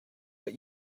but